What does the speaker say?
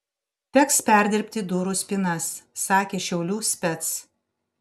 teks perdirbti durų spynas sakė šiaulių spec